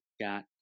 got